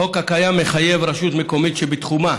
החוק הקיים מחייב רשות מקומית שבתחומה